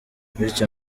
bityo